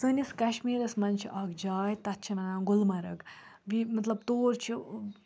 سٲنِس کَشمیٖرَس منٛز چھِ اَکھ جاے تَتھ چھِ وَنان گُلمَرگ بییہِ مطلب تور چھِ